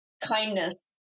kindness